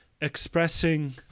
expressing